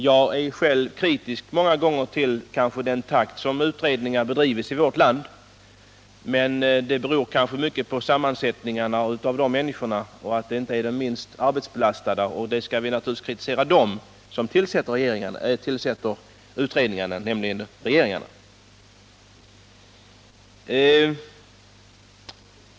Jag är själv många gånger kritisk till den takt i vilken utredningar bedrivs i vårt land, men det beror kanske mycket på sammansättningen — det är inte de minst arbetsbelastade som ingår i utredningarna. Det skall vi naturligtvis kritisera dem för som tillsätter utredningarna, nämligen regeringen.